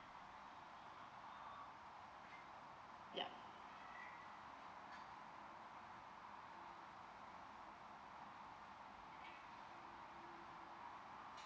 yup